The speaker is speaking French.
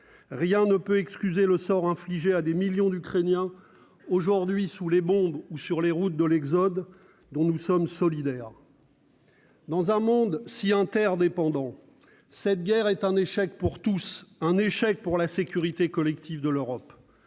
Rien ne peut excuser le sort infligé à des millions d'Ukrainiens aujourd'hui sous les bombes ou sur les routes de l'exode, dont nous sommes solidaires. Dans un monde si interdépendant, cette guerre est un échec pour tous et un échec pour la sécurité collective de l'Europe.